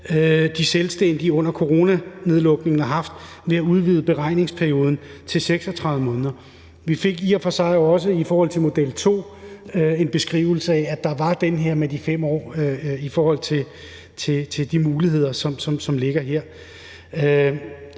de selvstændige under coronanedlukningen har haft, ved at udvide beregningsperioden til 36 måneder. Vi fik i og for sig også i forhold til model 2 en beskrivelse af, at der var den her med de 5 år i forhold til de muligheder, som ligger her.